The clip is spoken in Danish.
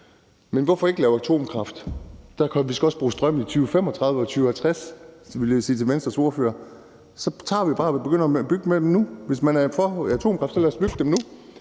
Men hvorfor ikke lave atomkraft? Vi skal også bruge strøm i 2035 og 2050, vil jeg sige til Venstres ordfører. Vi begynder bare at bygge atomkraftværker nu. Hvis man er for atomkraft, så lad os da bygge dem nu.